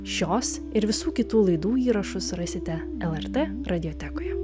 šios ir visų kitų laidų įrašus rasite lrt radiotekoje